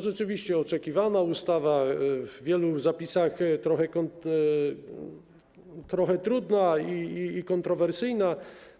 Rzeczywiście oczekiwana ustawa w wielu zapisach jest trochę trudna i kontrowersyjna,